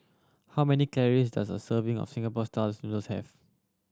how many calories does a serving of Singapore styles noodles have